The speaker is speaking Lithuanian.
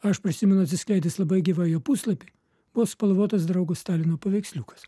aš prisimenu atsiskleidęs labai gyvai jo puslapį buvo spalvotas draugo stalino paveiksliukas